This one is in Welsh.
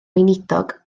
weinidog